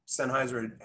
Sennheiser